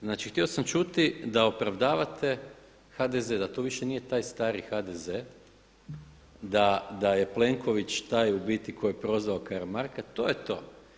Znači, htio sam čuti da opravdavate HDZ, da to više nije taj stari HDZ, da je Plenković taj u biti koji je prozvao Karamarka, to je to.